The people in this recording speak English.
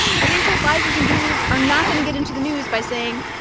financial advisers and gurus are not going to get into the news by saying,